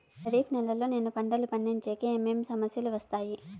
ఖరీఫ్ నెలలో నేను పంటలు పండించేకి ఏమేమి సమస్యలు వస్తాయి?